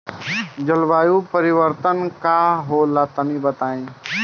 जलवायु परिवर्तन का होला तनी बताई?